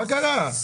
מה קרה.